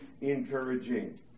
encouraging